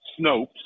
Snopes